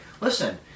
listen